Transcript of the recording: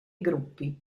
gruppi